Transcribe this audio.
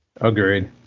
Agreed